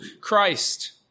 Christ